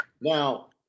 Now